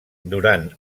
durant